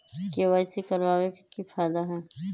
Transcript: KYC करवाबे के कि फायदा है?